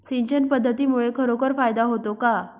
सिंचन पद्धतीमुळे खरोखर फायदा होतो का?